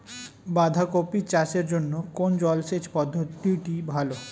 বাঁধাকপি চাষের জন্য কোন জলসেচ পদ্ধতিটি ভালো?